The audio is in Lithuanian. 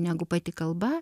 negu pati kalba